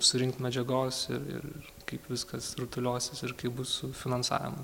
surinkti medžiagos ir kaip viskas rutuliosis ir kaip bus su finansavimu